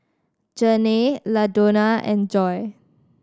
Janay Ladonna and Joye